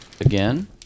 again